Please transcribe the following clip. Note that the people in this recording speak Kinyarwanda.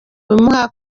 bimuha